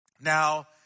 Now